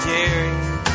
Jerry